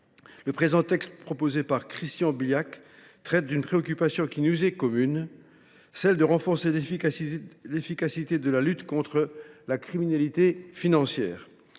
Le présent texte, proposé par Christian Bilhac, répond à une préoccupation qui nous est commune : le renforcement de l’efficacité de la lutte contre la criminalité financière.